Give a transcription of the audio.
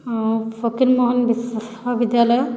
ଆଉ ଫକୀରମୋହନ୍ ବିଶ୍ୱବିଦ୍ୟାଳୟ